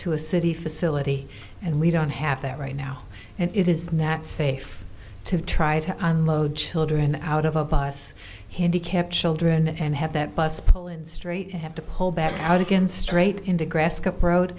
to a city facility and we don't have that right now and it is not safe to try to load children out of a bus handicapped children and have that bus pull in straight and have to pull back out again straight in the grass cup road